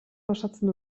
osatzen